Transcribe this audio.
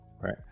right